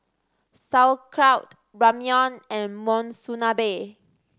Sauerkraut Ramyeon and Monsunabe